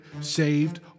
saved